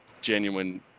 genuine